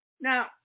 Now